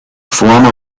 former